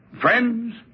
Friends